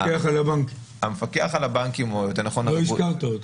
לא הזכרת אותו.